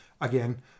again